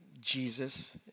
Jesus